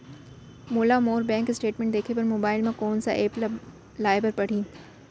मोला मोर bank statement देखे बर मोबाइल मा कोन सा एप ला लाए बर परही?